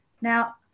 Now